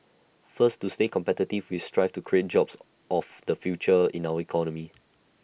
first to stay competitive we strive to create jobs of the future in our economy